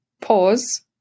pause